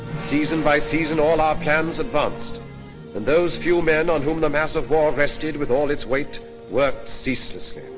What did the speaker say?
season by season, all our plans advanced and those few men on whom the mass of war rested with all its weight worked ceaselessly.